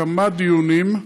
כמה דיונים.